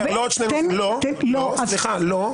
לא ארבעה נושאים.